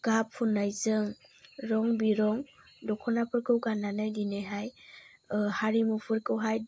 गाब फुननायजों रं बिरं दख'नाफोरखौ गाननानै दिनैहाय हारिमुफोरखौहाय